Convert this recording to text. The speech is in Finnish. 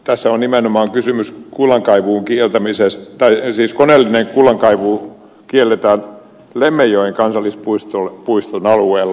tässä on nimenomaan kysymys koneellisen kullankaivun kieltämisestä ei siis koneellinen kullankaivu kielletä lemmenjoen kansallispuiston alueella